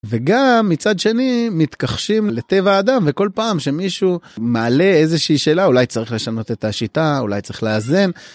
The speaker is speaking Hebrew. וגם מצד שני מתכחשים לטבע האדם וכל פעם שמישהו מעלה איזושהי שאלה אולי צריך לשנות את השיטה אולי צריך לאזן.